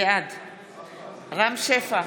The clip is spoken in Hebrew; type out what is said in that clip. בעד רם שפע,